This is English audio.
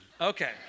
Okay